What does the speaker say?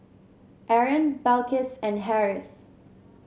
Aaron Balqis and Harris